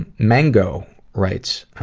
and mango writes